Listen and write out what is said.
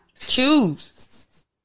choose